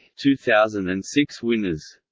two thousand and six winners